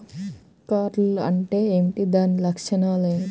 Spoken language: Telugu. ఆకు కర్ల్ అంటే ఏమిటి? దాని లక్షణాలు ఏమిటి?